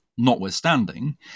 notwithstanding